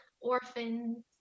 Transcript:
orphans